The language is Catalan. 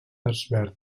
desvern